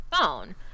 phone